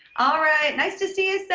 all right. nice to see you, seth.